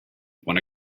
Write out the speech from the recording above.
want